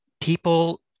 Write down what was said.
people